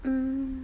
mm